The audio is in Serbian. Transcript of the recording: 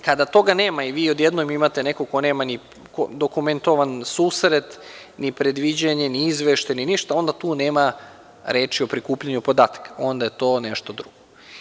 Kada toga nema i vi odjednom imate nekoga ko nema ni dokumentovan susret, ni predviđanje, ni izveštaj, onda tu nema reči o prikupljanju podataka, onda je to nešto drugo.